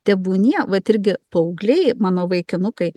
tebūnie vat irgi paaugliai mano vaikinukai